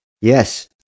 yes